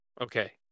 okay